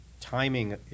timing